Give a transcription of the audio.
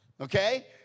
okay